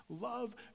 love